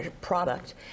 product